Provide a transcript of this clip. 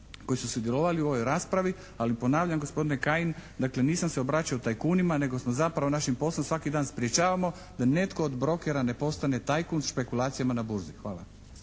koji su sudjelovali u ovoj raspravi, ali ponavljam gospodine Kajin, dakle nisam se obraćao tajkunima nego smo zapravo našim poslom svaki dan sprječavamo da netko od brokera ne postane tajkun špekulacijama na burzi. Hvala.